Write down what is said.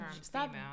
stop